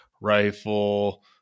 rifle